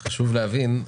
חשוב להבין,